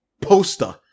poster